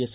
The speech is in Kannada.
ಎಸ್